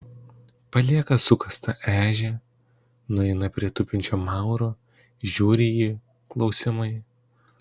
palieka sukastą ežią nueina prie tupinčio mauro žiūri į jį klausiamai